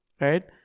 right